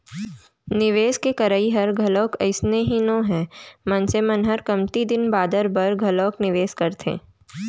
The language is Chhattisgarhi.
निवेस के करई ह घलोक अइसने ही नोहय मनसे मन ह कमती दिन बादर बर घलोक निवेस करथे